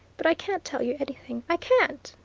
but i can't tell you anything i can't,